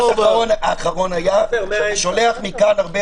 המשפט האחרון היה שאני שולח מכאן הרבה